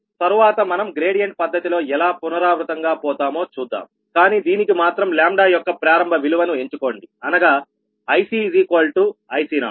తర్వాత మనం గ్రేడియంట్ పద్ధతి లో ఎలా పునరావృతంగా పోతామో చూద్దాం కానీ దీనికి మాత్రం యొక్క ప్రారంభ విలువను ఎంచుకోండి అనగా ICIC0